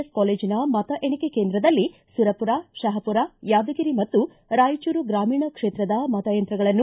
S ಕಾಲೇಜಿನ ಮತ ಎಣಿಕೆ ಕೇಂದ್ರದಲ್ಲಿ ಸುರಪುರ ಶಹಾಪುರ ಯಾದಗಿರಿ ಮತ್ತು ರಾಯಚೂರು ಗ್ರಾಮಿಣ ಕ್ಷೇತ್ರದ ಮತ ಯಂತ್ರಗಳನ್ನು